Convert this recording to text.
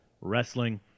wrestling